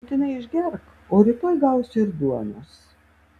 būtinai išgerk o rytoj gausi ir duonos